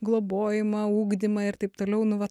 globojimą ugdymą ir taip toliau nu va